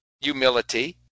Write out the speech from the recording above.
humility